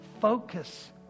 Focus